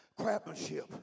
craftsmanship